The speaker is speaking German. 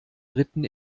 dritten